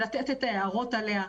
לתת את ההערות עליה,